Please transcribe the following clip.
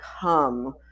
come